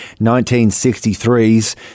1963's